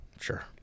Sure